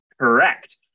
Correct